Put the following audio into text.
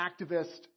activist